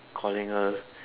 calling her